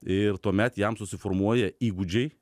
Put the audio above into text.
ir tuomet jam susiformuoja įgūdžiai